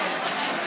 אני מקשיב.